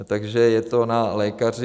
Takže je to na lékaři.